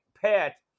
PET